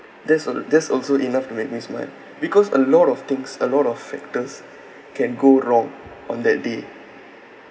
that's al~ that's also enough to make me smile because a lot of things a lot of factors can go wrong on that day